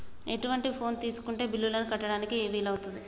ఎటువంటి ఫోన్ తీసుకుంటే బిల్లులను కట్టడానికి వీలవుతది?